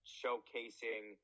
showcasing